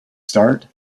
start